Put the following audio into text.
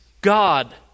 God